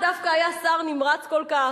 דווקא היה שר נמרץ כל כך,